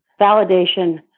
validation